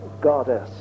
goddess